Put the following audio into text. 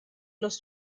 los